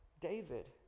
David